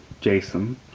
Jason